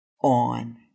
on